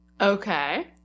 Okay